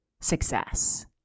success